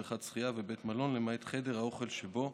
בריכת שחייה ובית מלון למעט חדר האוכל שבו,